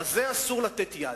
לזה אסור לתת יד.